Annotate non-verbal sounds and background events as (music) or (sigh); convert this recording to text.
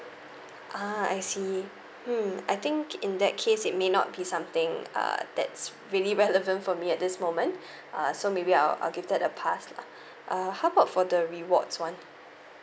ah I see hmm I think in that case it may not be something uh that's really relevant for me at this moment (breath) uh so maybe I'll I'll give that a pass lah (breath) uh how about for the rewards [one]